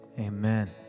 Amen